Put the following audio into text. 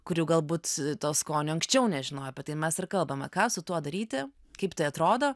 kurių galbūt to skonio anksčiau nežinojai apie tai mes ir kalbame ką su tuo daryti kaip tai atrodo